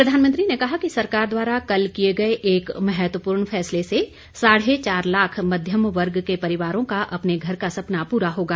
प्रधानमंत्री ने कहा कि सरकार द्वारा कल किये गये एक महत्वपूर्ण फैसले से साढ़े चार लाख मध्यम वर्ग के परिवारों का अपने घर का सपना पूरा होगा